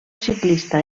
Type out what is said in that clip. ciclista